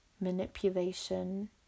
manipulation